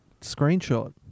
screenshot